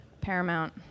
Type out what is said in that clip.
paramount